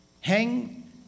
hang